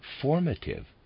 formative